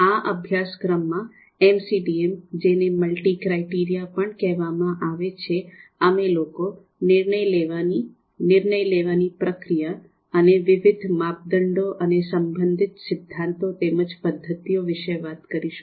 આ અભ્યાસક્રમમાં એમસીડીએમ જેને મલ્ટિ ક્રાઈટિરિયા પણ કેહવામાં આવે છે આમે લોકો નિર્ણય લેવાની નિર્ણય લેવાની પ્રક્રિયા અને વિવિધ માપદંડો અને સંબંધિત સિદ્ધાંતો તેમજ પદ્ધતિઓ વિશે વાત કરીશું